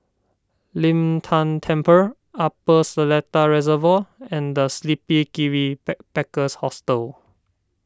Lin Tan Temple Upper Seletar Reservoir and the Sleepy Kiwi Backpackers Hostel